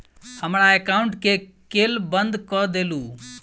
हमरा एकाउंट केँ केल बंद कऽ देलु?